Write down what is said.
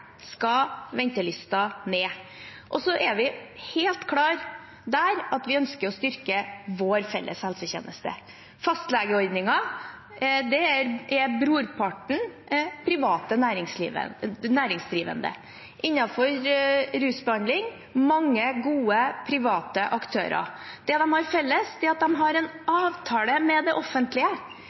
skal ventelisten ned. Vi er helt klar på at vi ønsker å styrke vår felles helsetjeneste. I fastlegeordningen er brorparten privat næringsdrivende. Innenfor rusbehandling er det mange gode private aktører. Det de har felles, er at de har en avtale med det offentlige.